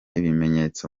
ibimenyetso